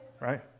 Right